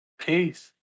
Peace